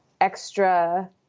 extra